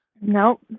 Nope